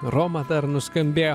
roma dar nuskambėjo